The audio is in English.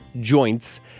joints